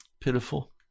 pitiful